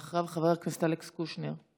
ואחריו, חבר הכנסת אלכס קושניר.